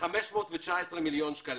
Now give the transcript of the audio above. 519 מיליון שקלים.